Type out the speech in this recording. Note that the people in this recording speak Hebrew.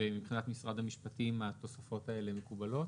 מבחינת משרד המשפטים התוספות האלה מקובלות?